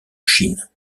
chine